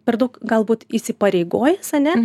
per daug galbūt įsipareigojęs ane